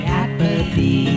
apathy